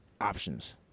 options